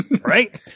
right